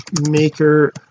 maker